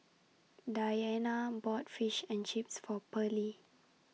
Deanna bought Fish and Chips For Perley